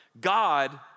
God